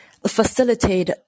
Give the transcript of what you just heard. facilitate